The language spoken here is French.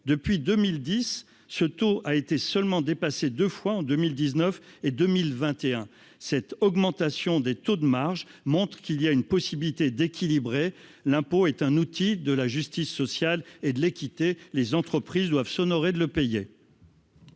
depuis 2010, ce taux a été seulement dépassé 2 fois en 2000 19 et 2021, cette augmentation des taux de marge montre qu'il y a une possibilité d'équilibrer l'impôt est un outil de la justice sociale et de l'équité, les entreprises doivent s'honorer de le payer.